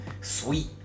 Sweet